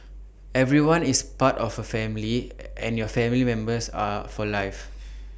everyone is part of A family and your family members are for life